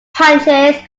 punches